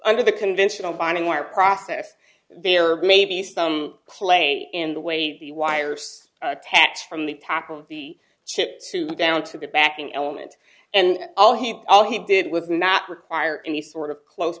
under the conventional finding or process there may be some clay in the way the wires attached from the tap of the chip to down to the backing element and all him all he did was not require any sort of close